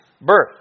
birth